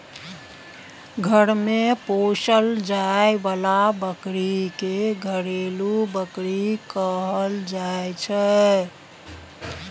घर मे पोसल जाए बला बकरी के घरेलू बकरी कहल जाइ छै